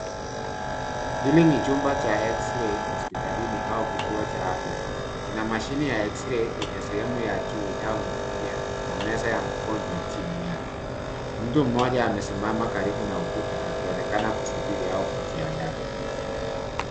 Hili ni chumba cha eksirei hospitalini au kituo cha afya. Kuna mashine ya eksirei kwenye sehemu ya juu inayo ning'inia na meza ya mgonjwa chini yake. Mtu mmoja amesimama karibu na ukuta akionekana kusubiri au kujiandaa.